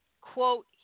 Quote